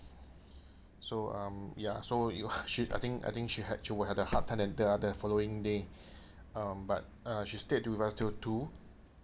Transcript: so um ya so it was I think I think she had she would have a hard time the the following day um but uh she stayed with us till two